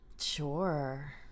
sure